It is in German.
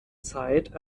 zeit